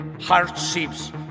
hardships